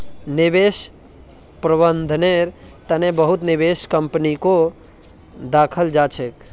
निवेश प्रबन्धनेर तने बहुत निवेश कम्पनीको दखाल जा छेक